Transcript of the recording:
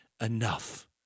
enough